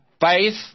faith